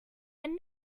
and